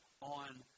on